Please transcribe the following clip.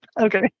Okay